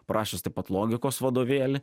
parašęs taip pat logikos vadovėlį